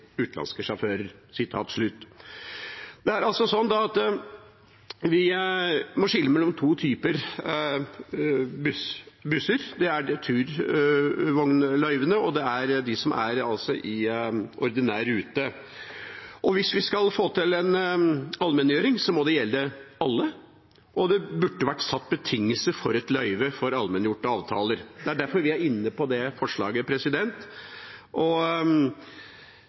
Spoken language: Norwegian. utenlandske sjåfører». Vi må skille mellom to typer busser. Det er turvognløyvene, og det er de som er i ordinær rute. Hvis vi skal få til en allmenngjøring, må det gjelde alle, og det burde ha vært satt betingelser for et løyve for allmenngjorte avtaler. Det er derfor vi står inne i mindretallsforslaget. Det er ganske viktig at vi får ordnede arbeidsforhold for hele kollektivtransporten, og